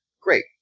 Great